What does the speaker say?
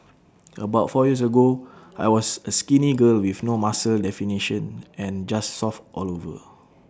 about four years ago I was A skinny girl with no muscle definition and just soft all over